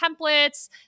templates